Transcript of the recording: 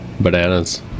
Bananas